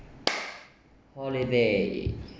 holiday